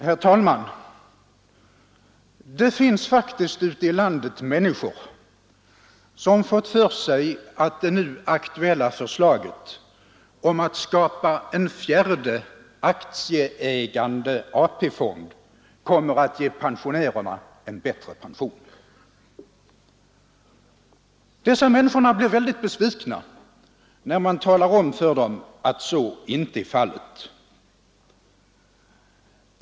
Herr talman! Det finns faktiskt ute i landet människor som har fått för sig att det nu aktuella förslaget om att skapa en fjärde, aktieägande, AP-fond kommer att ge pensionärerna en bättre pension. Dessa människor blir väldigt besvikna när man talar om för dem att så inte är fallet.